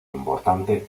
importante